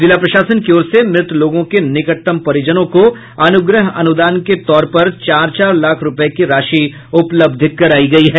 जिला प्रशासन की ओर से मृत लोगों के निकटतम परिजनों को अनुग्रह अनुदान के तौर पर चार चार लाख रूपये की राशि उपलब्ध करायी गयी है